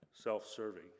self-serving